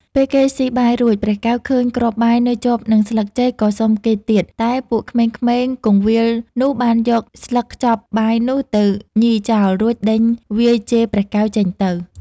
ពេលគេស៊ីបាយរួច ព្រះកែវឃើញគ្រាប់បាយនៅជាប់នឹងស្លឹកចេក ក៏សុំគេទៀត តែពួកក្មេងៗគង្វាលនោះបានយកស្លឹកខ្ចប់បាយនោះទៅញីចោល រួចដេញវាយជេរព្រះកែវចេញទៅ ។